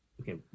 okay